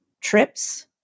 trips